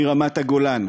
מרמת-הגולן,